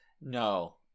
No